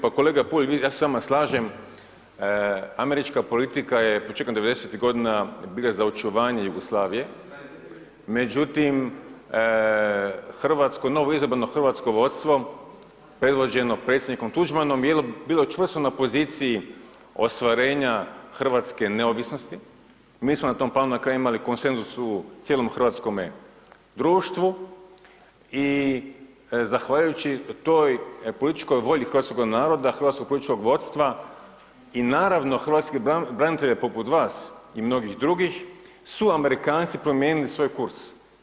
Pa kolega Bulj, ja se s vama slažem, američka politika je početkom 90-ih godina bila za očuvanje Jugoslavije međutim novoizabrano hrvatsko vodstvo predvođeno predsjednikom Tuđmanom bilo je čvrsto na poziciji ostvarenja hrvatske neovisnosti, mi smo na tom planu na kraju imali konsenzus u cijelom hrvatskome društvu i zahvaljujući toj političkoj volji hrvatskoga naroda, hrvatskog političkog vodstva i naravno hrvatskih branitelja poput vas i mnogih drugih su Amerikanci promijenili svoj kurs.